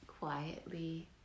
quietly